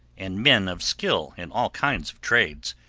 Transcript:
and men of skill in all kinds of trades,